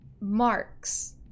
marks